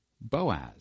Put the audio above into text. Boaz